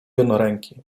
jednoręki